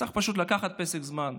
צריך פשוט לקחת פסק זמן,